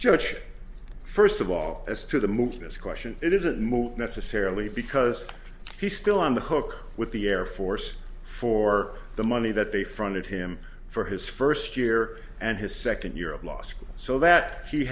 judge first of all as to the move to this question it isn't move necessarily because he's still on the hook with the air force for the money that the front of him for his first year and his second year of law school so that he